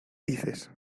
dices